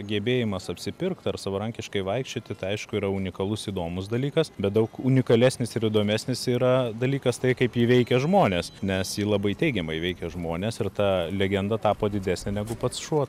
gebėjimas apsipirkt ar savarankiškai vaikščioti tai aišku yra unikalus įdomus dalykas bet daug unikalesnis ir įdomesnis yra dalykas tai kaip ji veikia žmones nes ji labai teigiamai veikia žmones ir ta legenda tapo didesnė negu pats šuo